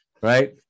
right